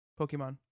Pokemon